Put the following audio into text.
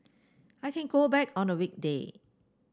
I can go back on a weekday